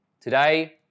Today